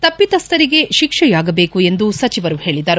ತಪ್ಪಿತಸ್ಲರಿಗೆ ಶಿಕ್ಷೆಯಾಗಬೇಕು ಎಂದು ಸಚಿವರು ಹೇಳಿದರು